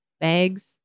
bags